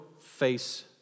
face